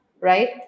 right